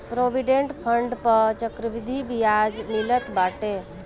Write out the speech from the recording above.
provident fund पअ चक्रवृद्धि बियाज मिलत बाटे